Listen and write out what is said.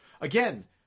again